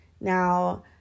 Now